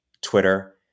Twitter